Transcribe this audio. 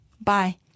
Bye